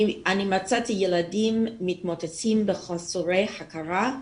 אני מצאתי ילדים מתמוטטים ומחוסרי הכרה,